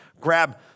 grab